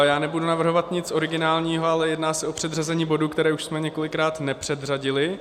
Já nebudu navrhovat nic originálního, ale jedná se o předřazení bodu, který už jsme několikrát nepředřadili.